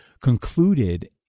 concluded